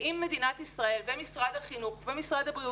ואם מדינת ישראל ומשרד החינוך ומשרד הבריאות